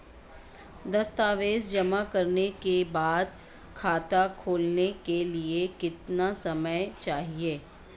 दस्तावेज़ जमा करने के बाद खाता खोलने के लिए कितना समय चाहिए?